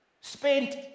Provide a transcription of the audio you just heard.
spent